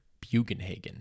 Bugenhagen